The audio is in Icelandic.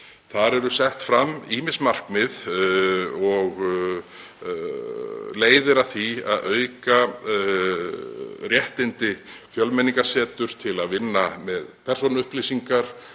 fyrir eru sett fram ýmis markmið og leiðir að því að auka réttindi Fjölmenningarseturs til að vinna með persónuupplýsingar